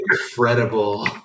Incredible